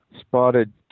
spotted